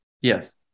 Yes